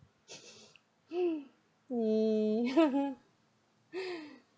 mm